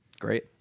Great